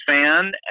fan